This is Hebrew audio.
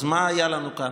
אז מה היה לנו כאן?